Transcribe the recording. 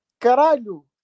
caralho